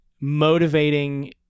motivating